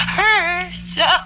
hurts